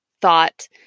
thought